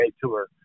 Tour